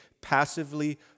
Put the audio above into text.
passively